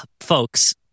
Folks